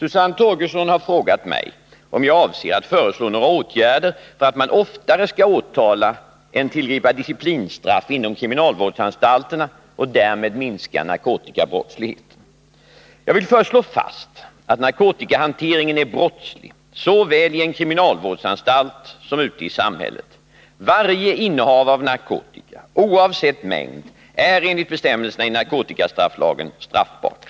Susann Torgerson har frågat mig om jag avser att föreslå några åtgärder för att man oftare skall åtala än tillgripa disciplinstraff inom kriminalvårdsanstalterna och därmed minska narkotikabrottsligheten. Jag vill först slå fast att narkotikahanteringen är brottslig såväl i en kriminalvårdsanstalt som ute i samhället. Varje innehav av narkotika, oavsett mängd, är enligt bstämmelserna i narkotikastrafflagen straffbart.